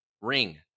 ring